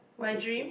my dream